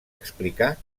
explicar